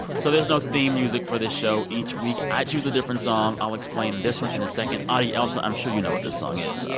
so there's no theme music for this show. each week, i choose a different song. i'll explain this one in a second. audie, ailsa, i'm sure you know what this song is, though